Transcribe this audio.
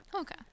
Okay